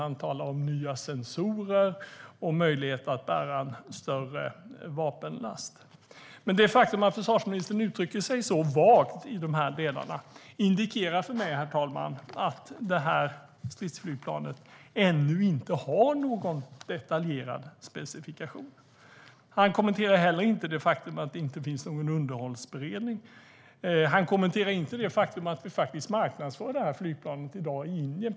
Han talar om nya sensorer och möjlighet att bära större vapenlast. Men det faktum att försvarsministern uttrycker sig så vagt i dessa delar indikerar för mig att stridsflygplanet ännu inte har någon detaljerad specifikation. Han kommenterar heller inte det faktum att det inte finns någon underhållsberedning. Han kommenterar heller inte det faktum att vi i dag faktiskt marknadsför detta flygplan i Indien.